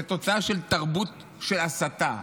זו תוצאה של תרבות של הסתה.